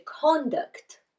conduct